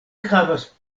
havas